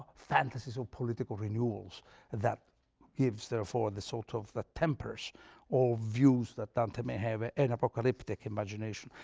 fantasies of political renewals that gives therefore the sort of that tempers all views that dante may have, ah an apocalyptic imagination.